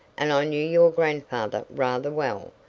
and i knew your grandfather rather well.